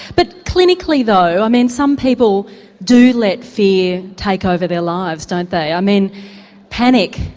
but clinically though i mean some people do let fear take over their lives don't they? i mean panic,